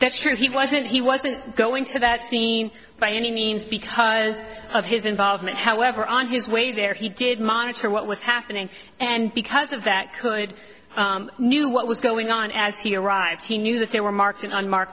that's true he wasn't he wasn't going to that scene by any means because of his involvement however on his way there he did monitor what was happening and because of that could knew what was going on as he arrived he knew that they were mar